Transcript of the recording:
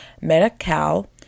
Medi-Cal